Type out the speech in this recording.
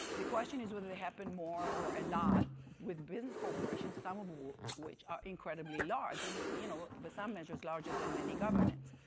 the question is whether they happen more or a lot with business corporations, some of which are incredibly large, and you know but some measures larger than many governments,